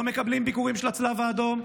לא מקבלים ביקורים של הצלב האדום,